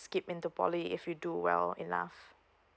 skip into poly if you do well enough